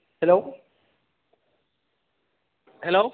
हेल' हेल'